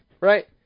Right